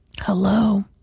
Hello